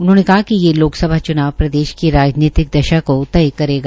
उन्होंने कहा कि ये लोकसभा चुनाव प्रदेश राजनीतिक दशा को तय करेगा